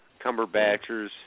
Cumberbatchers